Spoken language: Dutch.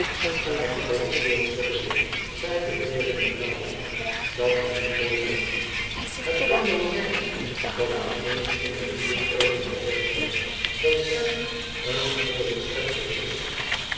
zwijg toch stil tuckle zei de heer in het blauw dat is niet mooi van u het kan wel zijn dat ik eens onder vier oogen gezegd heb dat zij een goddelijk schepsel is